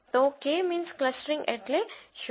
તો K means clustering એટલે શું